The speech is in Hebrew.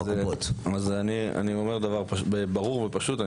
אני אומר דבר ברור ופשוט.